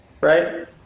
right